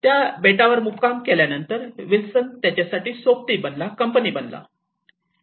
त्या बेटावर मुक्काम केल्यावर विल्सन त्यांच्यासाठी कंपनी बनला